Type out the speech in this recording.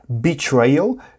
betrayal